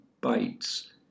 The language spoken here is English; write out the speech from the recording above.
bites